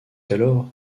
alors